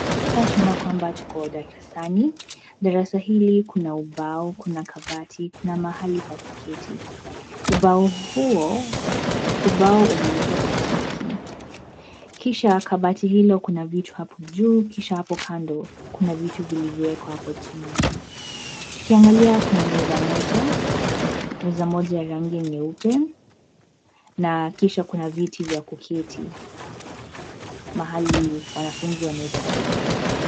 Hapa tunaona kwamba tuko darasani. Darasa hili kuna ubao, kuna kabati, kuna mahali pa kuketi. Ubao huo, ubao umeandikwa kwa chaki kisha kabati hilo kuna vitu hapo juu kisha hapo kando kuna vitu vilivyowekwa hapo chini. Tukiangalia kuna meza moja, meza moja ya rangi nyeupe na kisha kuna viti vya kuketi, mahali wanafunzi wanaweza kiti.